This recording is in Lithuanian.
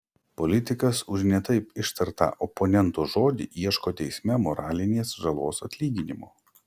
politikas už ne taip ištartą oponento žodį ieško teisme moralinės žalos atlyginimo